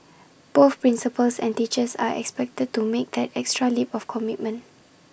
both principals and teachers are expected to make an extra leap of commitment